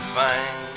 fine